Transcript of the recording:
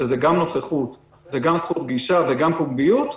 שזה גם נוכחות וגם זכות גישה וגם פומביות,